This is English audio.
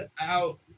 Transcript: out